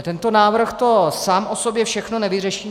Tento návrh to sám o sobě všechno nevyřeší.